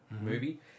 movie